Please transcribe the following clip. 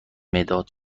مداد